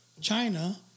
China